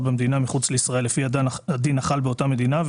במדינה מחוץ לישראל לפי הדין החל באותה מדינה,